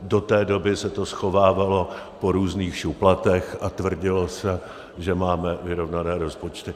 Do té doby se to schovávalo po různých šuplatech a tvrdilo se, že máme vyrovnané rozpočty.